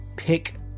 pick